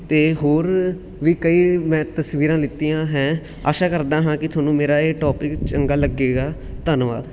ਅਤੇ ਹੋਰ ਵੀ ਕਈ ਮੈਂ ਤਸਵੀਰਾਂ ਲਿੱਤੀਆਂ ਹੈ ਆਸ਼ਾ ਕਰਦਾ ਹਾਂ ਕਿ ਤੁਹਾਨੂੰ ਮੇਰਾ ਇਹ ਟੋਪਿਕ ਚੰਗਾ ਲੱਗੇਗਾ ਧੰਨਵਾਦ